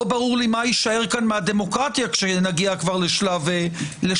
לא ברור לי מה יישאר כאן מהדמוקרטיה כשנגיע כבר לשלב הרביעי,